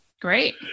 Great